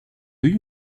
you